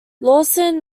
lawson